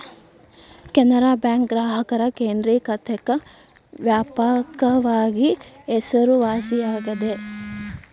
Canara bank ಗ್ರಾಹಕರ ಕೇಂದ್ರಿಕತೆಕ್ಕ ವ್ಯಾಪಕವಾಗಿ ಹೆಸರುವಾಸಿಯಾಗೆದ